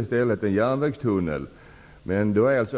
järnvägstunnel i stället.